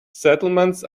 settlements